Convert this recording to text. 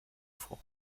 vor